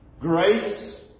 Grace